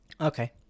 Okay